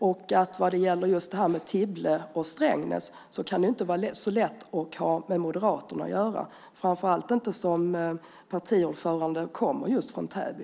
Och vad gäller detta med Tibble och Strängnäs kan det inte vara så lätt att ha med Moderaterna att göra, framför allt då partiordföranden kommer från just Täby.